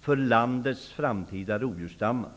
för landets framtida rovdjursstammar.